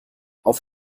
auf